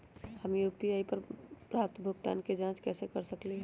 हम यू.पी.आई पर प्राप्त भुगतान के जाँच कैसे कर सकली ह?